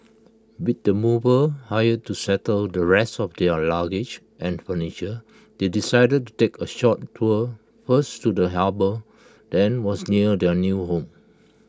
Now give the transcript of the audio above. with the movers hired to settle the rest of their luggage and furniture they decided to take A short tour first to the harbour then was near their new home